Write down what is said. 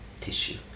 tissue